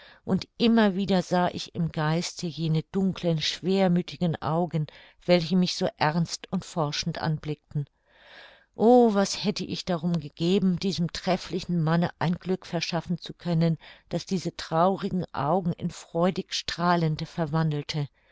und immer wieder sah ich im geiste jene dunklen schwermüthigen augen welche mich so ernst und forschend anblickten o was hätte ich darum gegeben diesem trefflichen manne ein glück verschaffen zu können das diese traurigen augen in freudig strahlende verwandelte